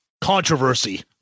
controversy